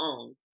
own